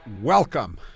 Welcome